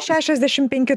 šešiasdešim penki